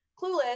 Clueless